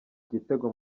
igitego